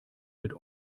mit